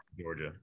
Georgia